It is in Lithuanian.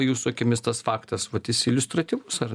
jūsų akimis tas faktas vat jis iliustratyvus ar